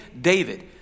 David